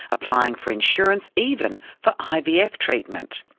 applying for insurance, even for ivf treatment.